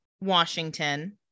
Washington